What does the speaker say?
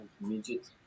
Midget